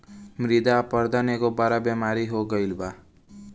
मृदा अपरदन एगो बड़ बेमारी हो गईल बा